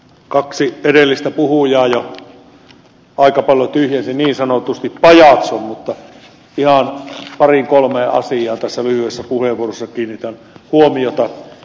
kaksi edellistä puhujaa jo aika lailla niin sanotusti tyhjensivät pajatson mutta ihan pariin kolmeen asiaan tässä lyhyessä puheenvuorossa kiinnitän huomiota